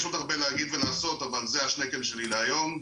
יש עוד הרבה להגיד ולעשות אבל זה השנקל שלי להיום.